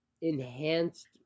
enhanced